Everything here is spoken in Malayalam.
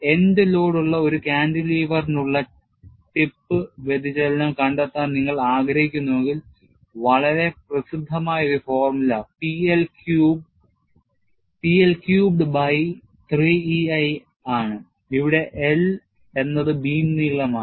End ലോഡുള്ള ഒരു കാന്റിലിവറിനുള്ള ടിപ്പ് വ്യതിചലനം കണ്ടെത്താൻ നിങ്ങൾ ആഗ്രഹിക്കുന്നുവെങ്കിൽ വളരെ പ്രസിദ്ധമായ ഒരു formula P L cubed by 3 E I ആണ് ഇവിടെ L എന്നത് ബീം നീളമാണ്